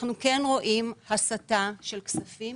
אנחנו כן רואים הסטה של כספים